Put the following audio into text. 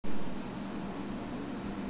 লঙ্কা ও টমেটোর পাতা কুঁকড়ে য়ায় কেন?